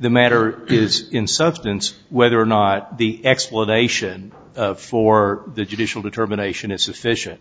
the matter is in substance whether or not the explanation for the judicial determination is sufficient